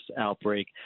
outbreak